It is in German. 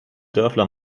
dörfler